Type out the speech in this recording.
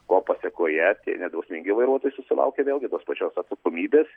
ko pasekoje tie nedrausmingi vairuotojai susilaukia vėlgi tos pačios atsakomybės